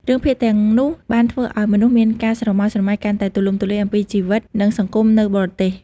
រឿងភាគទាំងនោះបានធ្វើឲ្យមនុស្សមានការស្រមើលស្រមៃកាន់តែទូលំទូលាយអំពីជីវិតនិងសង្គមនៅបរទេស។